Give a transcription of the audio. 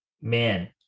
Man